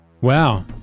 Wow